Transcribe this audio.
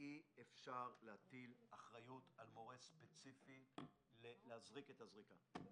שאי אפשר להטיל אחריות על מורה ספציפי להזריק את הזריקה אבל